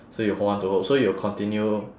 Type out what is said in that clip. so you will hold on to hope so you will continue